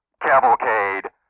Cavalcade